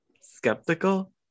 Skeptical